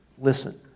listen